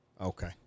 Okay